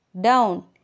Down